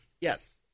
Yes